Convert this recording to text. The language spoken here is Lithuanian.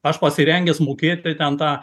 aš pasirengęs mokėti ten tą